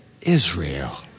Israel